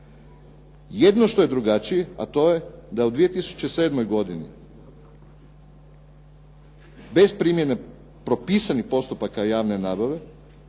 Jedino što je drugačije a to je da u 2007. godini bez primjene propisanih postupaka javne nabave